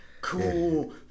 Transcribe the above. cool